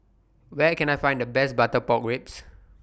Where Can I Find The Best Butter Pork Ribs